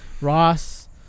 Ross